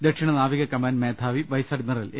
ദക്ഷിണ നാവിക കമാന്റ് മേധാവി വൈസ് അഡ്മിറൽ എ